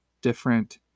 different